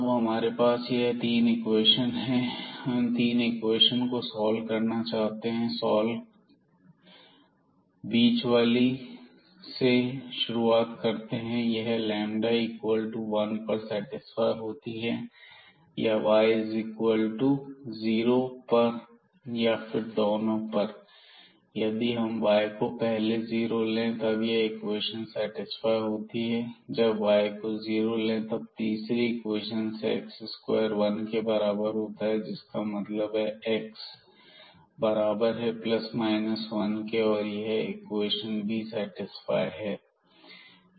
अब हमारे पास यह तीन इक्वेशन हैं हम इन तीन इक्वेशन को सॉल्व करना चाहते हैं सॉल्व बीच वाली से हम शुरुआत करते हैं यह इक्वल टू 1 पर सेटिस्फाई होती है या y is equal to zero पर या फिर दोनों पर यदि हम y को पहले जीरो ले तब यह इक्वेशन सेटिस्फाय होती है और जब y को जीरो लें तब तीसरी इक्वेशन से x2 वन के बराबर आता है जिसका मतलब है की एक्स बराबर है ± 1 के और यह इक्वेशन भी सेटिस्फाई है